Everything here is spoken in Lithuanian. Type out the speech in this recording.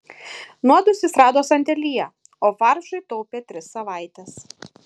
nuodus jis rado sandėlyje o faršui taupė tris savaites